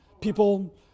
People